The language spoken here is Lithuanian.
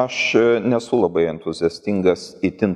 aš nesu labai entuziastingas itin